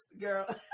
girl